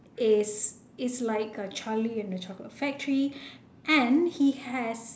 is is like a charlie and the chocolate factory and he has